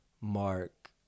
Mark